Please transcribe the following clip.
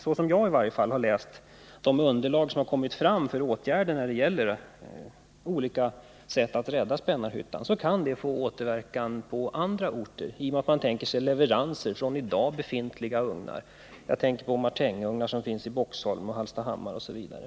Såsom i varje fall jag har läst ut av det underlag för åtgärder som kommit fram när det gäller olika sätt att rädda Spännarhyttan kan den åtgärden få återverkan på andra orter genom att man kan tänka sig leveranser dit från i dag befintliga ugnar — jag tänker på martinugnar som finns i Boxholm, Hallstahammar osv.